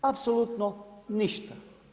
Apsolutno ništa.